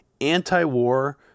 anti-war